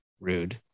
rude